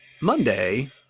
Monday